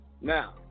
Now